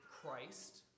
Christ